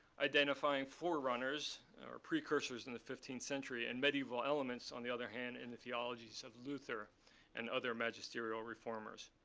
identifying forerunners or precursors in the fifteenth century and medieval elements, on the other hand, in the theology of luther and other magisterial reformers.